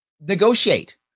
negotiate